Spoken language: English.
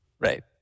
Right